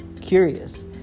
curious